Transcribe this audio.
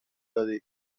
دادی